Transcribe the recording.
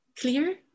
Clear